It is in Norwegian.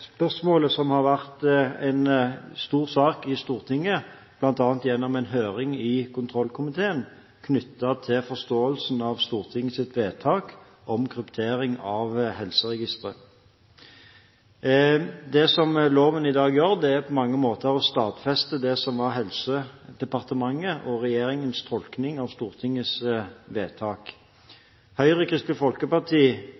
spørsmålet som har vært en stor sak i Stortinget, bl.a. gjennom en høring i kontrollkomiteen knyttet til forståelsen av Stortingets vedtak om kryptering av helseregistre. Det som loven i dag gjør, er på mange måter å stadfeste det som var Helsedepartementet og regjeringens tolkning av Stortingets